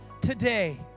today